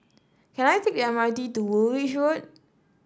can I take the M R T to Woolwich Road